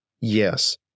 Yes